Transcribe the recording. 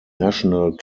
national